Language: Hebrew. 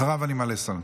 אחריו אני מעלה שר.